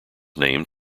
named